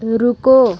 रुको